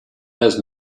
had